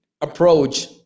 approach